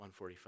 145